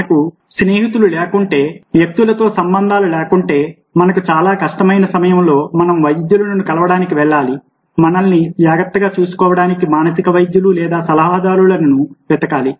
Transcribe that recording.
మనకు స్నేహితులు లేకుంటే వ్యక్తులతో సంబంధాలు లేకుంటే మనకు చాలా కష్టమైన సమయంలో మనం వైద్యులను కలవడానికి వెళ్లాలి మనల్ని జాగ్రత్తగా చూసుకోవడానికి మానసిక వైద్యులు లేదా సలహాదారులను వెతకాలి